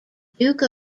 duke